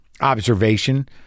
observation